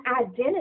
identity